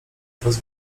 coraz